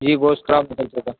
جی گوشت خراب نکل چکا